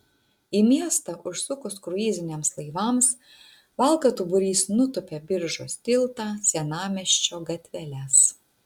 į miestą užsukus kruiziniams laivams valkatų būrys nutūpia biržos tiltą senamiesčio gatveles